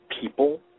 people